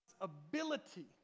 ability